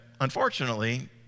Unfortunately